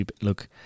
look